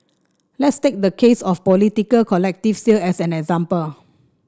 let's take the case of a potential collective sale as an example